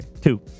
Two